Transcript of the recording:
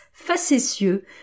facétieux